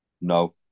No